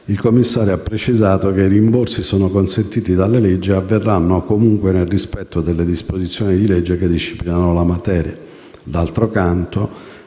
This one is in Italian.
il commissario ha precisato che i rimborsi sono consentiti dalla legge e avverranno comunque nel rispetto delle disposizioni di legge che disciplinano la materia; d'altro canto,